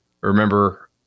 Remember